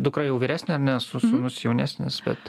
dukra jau vyresnė ar ne sūnus jaunesnis bet